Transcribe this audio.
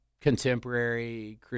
contemporary